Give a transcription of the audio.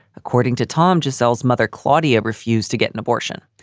according to tom gisella's mother, claudia refused to get an abortion.